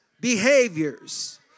behaviors